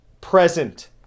present